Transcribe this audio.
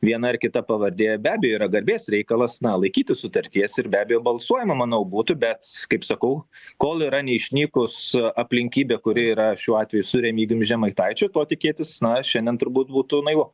viena ar kita pavardė be abejo yra garbės reikalas na laikytis sutarties ir be abejo balsuojama manau būtų bet kaip sakau kol yra neišnykus aplinkybė kuri yra šiuo atveju su remigijum žemaitaičiu to tikėtis na šiandien turbūt būtų naivu